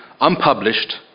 unpublished